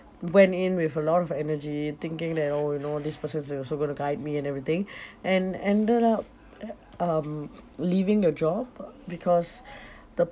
went in with a lot of energy thinking that oh you know this person is also going to guide me and everything and ended up eh um leaving the job because the